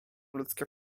ludzkie